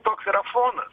toks yra fonas